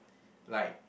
like